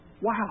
wow